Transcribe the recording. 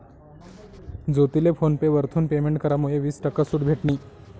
ज्योतीले PhonePe वरथून payment करामुये वीस टक्का सूट भेटनी